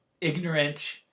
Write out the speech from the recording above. ignorant